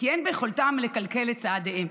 כי אין ביכולתם לכלכל את צעדיהם: